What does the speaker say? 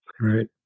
right